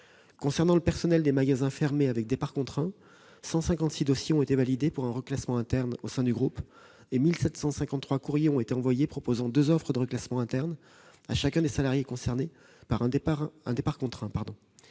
Concernant le personnel des magasins fermés avec départ contraint, 156 dossiers ont été validés pour un reclassement interne au sein du groupe et 1 753 courriers ont été envoyés proposant deux offres de reclassement interne à chacun des salariés concernés par un départ contraint.